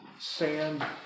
Sand